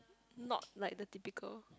not like the typical